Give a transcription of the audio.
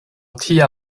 tia